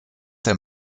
der